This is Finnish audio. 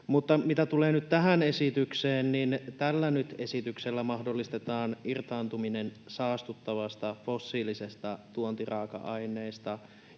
tällä esityksellä mahdollistetaan irtaantuminen saastuttavista fossiilisista tuontiraaka-aineista